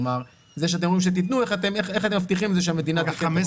איך מבטיחים את זה שהמדינה תיתן.